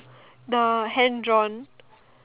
the hand drawn